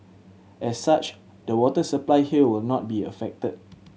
as such the water supply here will not be affected